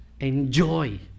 enjoy